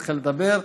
לדבר.